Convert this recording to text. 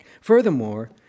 Furthermore